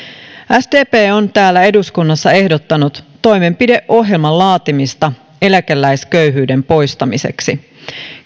sdp on täällä eduskunnassa ehdottanut toimenpideohjelman laatimista eläkeläisköyhyyden poistamiseksi